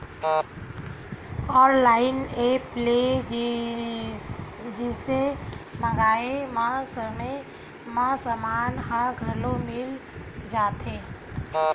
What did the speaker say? online app ले जिनिस मंगाए म समे म समान ह घलो मिल जाथे